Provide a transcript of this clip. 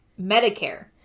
Medicare